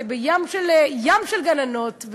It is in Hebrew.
ים של גננות,